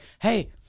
hey